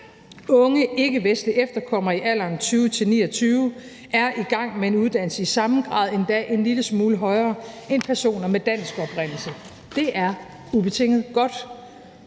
Unge ikkevestlige efterkommere i alderen 20-29 år er i gang med en uddannelse i samme grad, endda en lille smule højere, end personer med dansk oprindelse. Det er ubetinget godt.